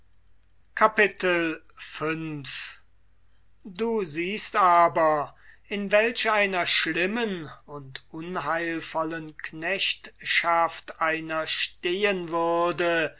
v du siehst aber in welch einer schlimmen und unheilvollen knechtschaft einer stehen würde